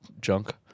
junk